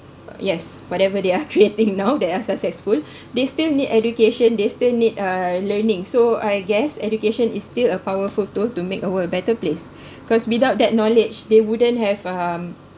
yes whatever they are creating now they are successful they still need education they still need uh learning so I guess education is still a powerful tools to make a world a better place because without that knowledge they wouldn't have um